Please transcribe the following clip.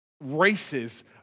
races